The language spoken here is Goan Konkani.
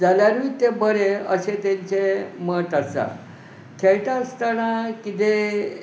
जाल्यारूय तें बरें अशें तांचें मत आसा खेळटा आसतना किदें